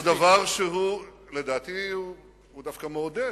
זה דבר שלדעתי הוא דווקא מעודד,